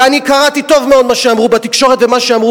ואני קראתי טוב מאוד מה שאמרו בתקשורת ומה שאמרו